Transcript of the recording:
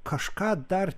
kažką dar